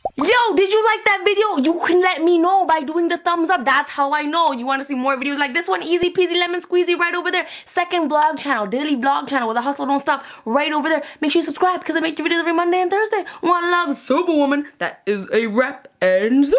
yo! did you like that video? you can let me know by doing the thumbs up. that's how i know. you wanna see more videos like this one? easy peasy lemon squeezey right over there. second vlog channel, daily vlog channel where the hustle don't stop, right over there. make sure you subscribe because i make new videos every monday and thursday. one love, superwoman, that is a wrap, and